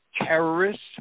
terrorists